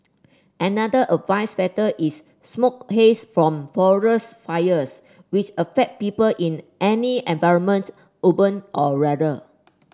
another adverse factor is smoke haze from forest fires which affect people in any environment urban or rural